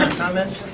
comments?